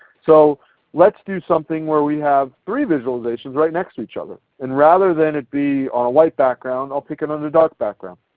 so let's do something where we have three visualizations right next to each other. and rather than it be on a white background i will pick another dark background.